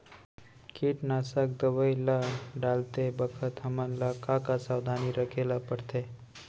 कीटनाशक दवई ल डालते बखत हमन ल का का सावधानी रखें ल पड़थे?